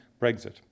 Brexit